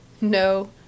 No